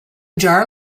jar